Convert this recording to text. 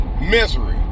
misery